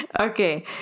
Okay